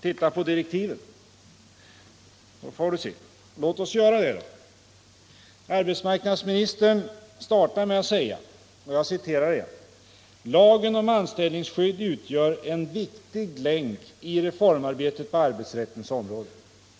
titta på direktiven, så får du se. Låt oss göra det! Arbetsmarknadsministern startar med att säga: ”Lagen om anställningsskydd utgör en viktig länk i reformarbetet på arbetsrättens område.